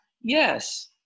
Yes